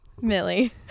Millie